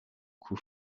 cou